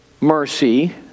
mercy